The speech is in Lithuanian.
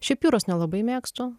šiaip jūros nelabai mėgstu